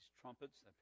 trumpets